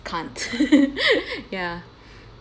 can't ya